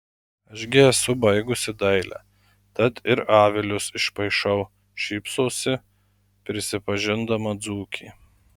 aš gi esu baigusi dailę tad ir avilius išpaišau šypsosi prisipažindama dzūkė